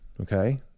okay